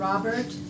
Robert